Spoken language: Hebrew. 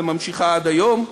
ונמשך עד היום.